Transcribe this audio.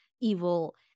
evil